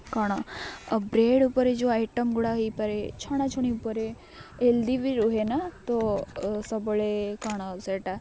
କ'ଣ ବ୍ରେଡ଼୍ ଉପରେ ଯେଉଁ ଆଇଟମ୍ଗୁଡ଼ା ହୋଇପାରେ ଛଣା ଛୁଣି ଉପରେ ହେଲ୍ଦି ବି ରୁହେ ନା ତ ସବୁବେଳେ କ'ଣ ସେଇଟା